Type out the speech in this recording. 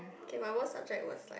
okay my worst subject was like